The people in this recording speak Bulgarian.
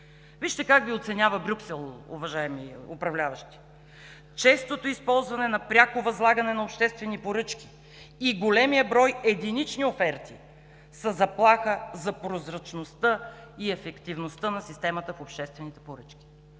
Вижте как Ви оценява Брюксел, уважаеми управляващи: „Честото използване на пряко възлагане на обществени поръчки и големият брой единични оферти са заплаха за прозрачността и ефективността на системата в обществените поръчки.“